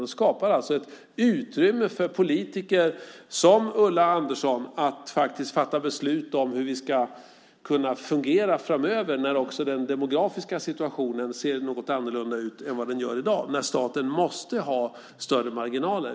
Vi skapar alltså ett utrymme för politiker som Ulla Andersson att fatta beslut om hur vi ska fungera framöver, när den demografiska situationen ser något annorlunda ut än vad den gör i dag och staten måste ha större marginaler.